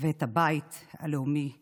ואת הבית הלאומי שלנו,